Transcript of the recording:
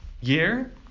year